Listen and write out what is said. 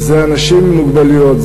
אנשים עם מוגבלויות.